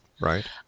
Right